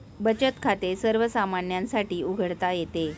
बचत खाते सर्वसामान्यांसाठी उघडता येते